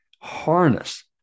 harness